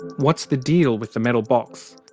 what's the deal with the metal box?